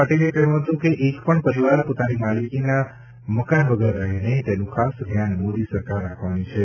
પાટિલે કહ્યું હતું કે એકપણ પરિવાર પોતાની માલિકીના મકાન વગર રહે નહીં તેનું ખાસ ધ્યાન મોદી સરકાર રાખવાની છે